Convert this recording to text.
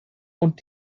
und